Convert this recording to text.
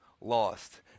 lost